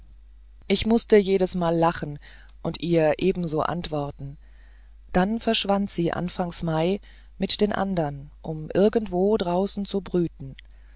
ich mußte jedesmal lachen und ihr ebenso antworten dann verschwand sie anfangs mai mit den anderen um irgendwo draußen zu brüten